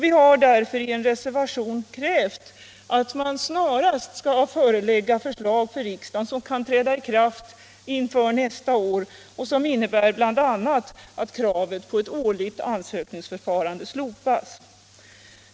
Vi har därför i en reservation krävt att regeringen snarast skall förelägga riksdagen förslag till förändringar som kan träda i kraft nästa år och som innebär bl.a. att kravet på ett årligt ansökningsförfarande slopas.